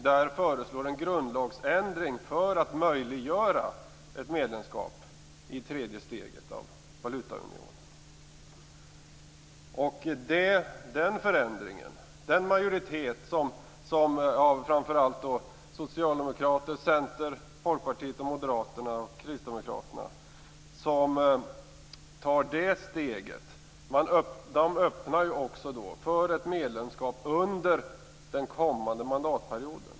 Där föreslår man en grundlagsändring för att möjliggöra ett medlemskap i tredje steget av valutaunionen. Den majoritet av framför allt socialdemokrater, centerpartister, folkpartister, moderater och kristdemokrater som tar det steget öppnar också för ett medlemskap under den kommande mandatperioden.